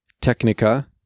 technica